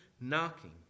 knocking